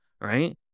right